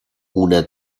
una